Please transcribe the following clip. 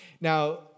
Now